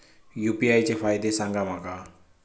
UPI चे फायदे सांगा माका?